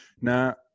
Now